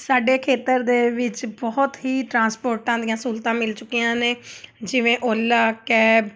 ਸਾਡੇ ਖੇਤਰ ਦੇ ਵਿੱਚ ਬਹੁਤ ਹੀ ਟਰਾਂਸਪੋਰਟਾਂ ਦੀਆਂ ਸਹੂਲਤਾਂ ਮਿਲ ਚੁੱਕੀਆਂ ਨੇ ਜਿਵੇਂ ਓਲਾ ਕੈਬ